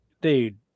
dude